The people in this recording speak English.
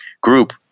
group